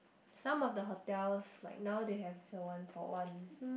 some of the hotels like now they have the one for one